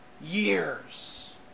years